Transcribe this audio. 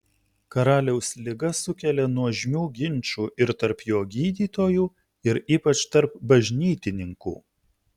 karaliaus liga sukelia nuožmių ginčų ir tarp jo gydytojų ir ypač tarp bažnytininkų